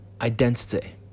identity